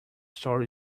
story